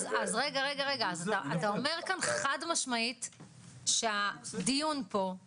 יש פה פגיעה קשה בעיקרון השוויון שבין מטופלים,